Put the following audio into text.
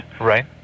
right